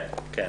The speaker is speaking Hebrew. כן.